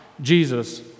Jesus